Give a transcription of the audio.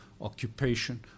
occupation